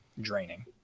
draining